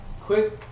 Quick